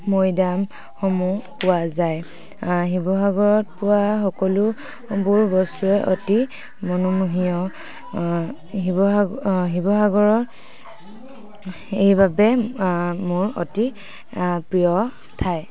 মৈদামসমূহ পোৱা যায় শিৱসাগৰত পোৱা সকলোবোৰ বস্তুৱে অতি মনোমোহীয়া শিৱসাগৰ এইবাবে মোৰ অতি প্ৰিয় ঠাই